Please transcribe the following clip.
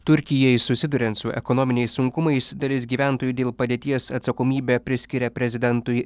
turkijai susiduriant su ekonominiais sunkumais dalis gyventojų dėl padėties atsakomybę priskiria prezidentui